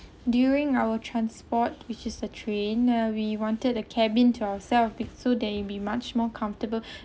during our transport which is the train uh we wanted a cabin to ourselves b~ so that it will be much more comfortable